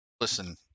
listen